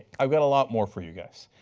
i've got a lot more for you guys.